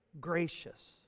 gracious